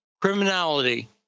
criminality